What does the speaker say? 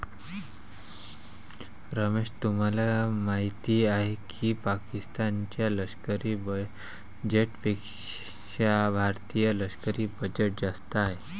रमेश तुम्हाला माहिती आहे की पाकिस्तान च्या लष्करी बजेटपेक्षा भारतीय लष्करी बजेट जास्त आहे